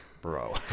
bro